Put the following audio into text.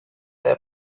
der